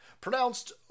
Pronounced